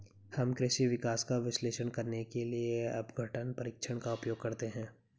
हम कृषि विकास का विश्लेषण करने के लिए अपघटन परीक्षण का उपयोग करते हैं